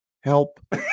help